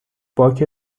باک